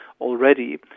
already